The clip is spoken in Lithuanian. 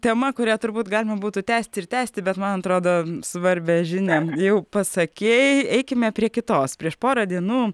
tema kurią turbūt galima būtų tęsti ir tęsti bet man atrodo svarbią žinią jau pasakei eikime prie kitos prieš porą dienų